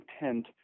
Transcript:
intent